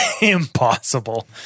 impossible